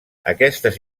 aquestes